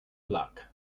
luck